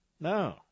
No